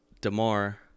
DeMar